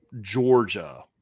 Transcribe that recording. Georgia